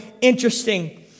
interesting